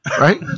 right